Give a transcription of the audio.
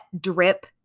drip